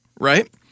right